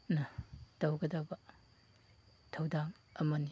ꯅ ꯇꯧꯒꯗꯕ ꯊꯧꯗꯥꯡ ꯑꯃꯅꯤ